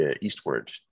eastward